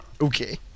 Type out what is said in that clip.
Okay